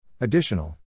Additional